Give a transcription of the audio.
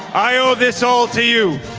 i owe this all to you.